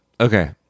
okay